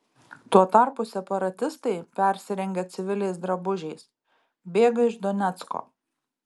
tuo tarpu separatistai persirengę civiliais drabužiais bėga iš donecko